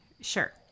Sure